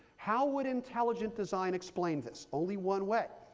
how would intelligent design explain this? only one way.